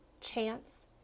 chance